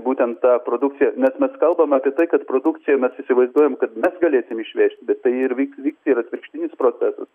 būtent tą produkciją nes mes kalbam apie tai kad produkciją mes įsivaizduojam kad mes galėsim išvest bet tai ir vyk vyks ir atvirkštinis procesas